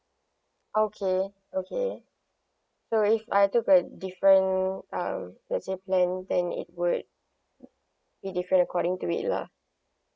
okay okay so if I took a different um let's say plan then it would be different according to it lah